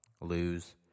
lose